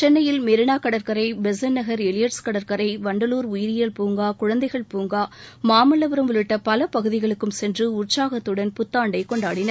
சென்னையில் மெரீனா கடற்கரை பெசன்ட்நகர் எலியட்ஸ் கடற்கரை வண்டலூர் உயிரியல் பூங்கா குழந்தைகள் பூங்கா மாமல்லபுரம் உள்ளிட்ட பல பகுதிகளுக்கும் சென்று உற்சாகத்துடன் புத்தாண்டை கொண்டாடினர்